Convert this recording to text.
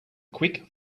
quick